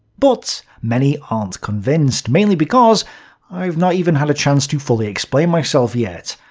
but many aren't convinced, mainly because i've not even had a chance to fully explain myself yet.